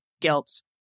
guilt